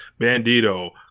Bandito